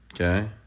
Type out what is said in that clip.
Okay